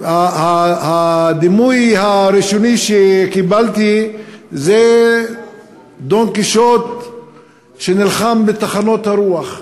הדימוי הראשוני שקיבלתי זה של דון קישוט שנלחם בטחנות הרוח,